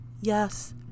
Yes